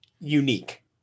unique